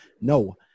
No